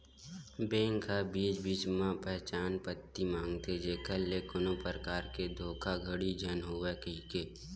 bank ह बीच बीच म पहचान पती मांगथे जेखर ले कोनो परकार के धोखाघड़ी झन होवय कहिके